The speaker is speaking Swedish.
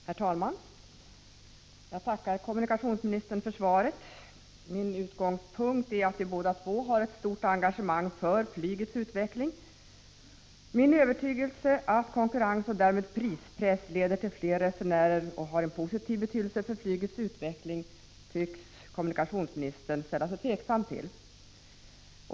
Herr talman! Jag tackar kommunikationsministern för svaret. Min utgångspunkt är att vi båda har ett stort engagemang för flygets utveckling. Men min övertygelse att konkurrens och därmed även prispress leder till fler resenärer och har en positiv betydelse för flygets utveckling tycks kommunikationsministern ställa sig tveksam till.